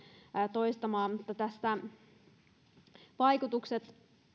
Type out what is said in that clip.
toistamaan vaikutukset